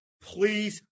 Please